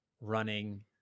running